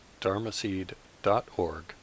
dharmaseed.org